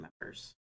members